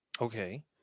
Okay